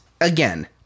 Again